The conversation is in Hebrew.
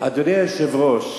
אדוני היושב-ראש,